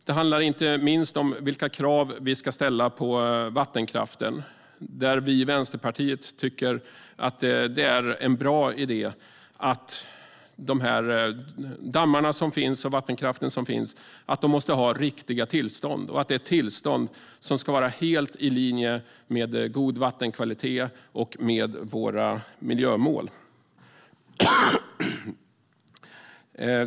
Det handlar inte minst om vilka krav vi ska ställa på vattenkraften. Vi i Vänsterpartiet tycker att det är en bra idé att de dammar och vattenkraftverk som finns måste ha riktiga tillstånd och att de måste vara helt i linje med god vattenkvalitet och våra miljömål.